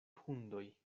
hundoj